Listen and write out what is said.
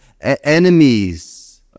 enemies